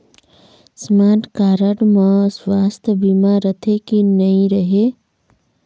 Smart card म सुवास्थ बीमा रथे की नई रहे?